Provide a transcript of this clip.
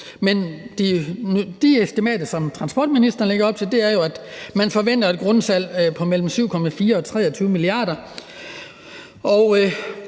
De estimater, som transportministeren lægger op til, er jo, i forhold til at man forventer et grundsalg på mellem 7,4 og 23 mia. kr. Så